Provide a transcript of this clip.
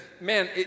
man